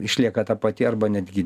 išlieka ta pati arba netgi